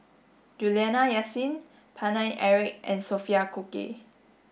Juliana Yasin Paine Eric and Sophia Cooke